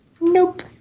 Nope